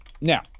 Now